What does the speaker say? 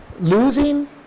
Losing